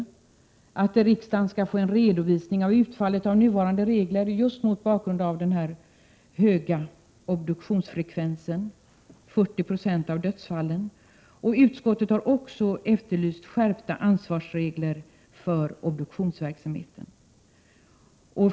Utskottet har också understrukit att riksdagen skall få en redovisning av utfallet av nuvarande regler just mot bakgrund av den höga obduktionsfrekvensen — 40 96 av dödsfallen. Utskottet har också efterlyst en skärpning av ansvarsreglerna när det gäller obduktionsverksamheten.